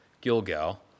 Gilgal